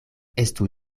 estu